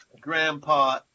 Grandpa